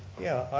yeah.